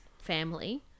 family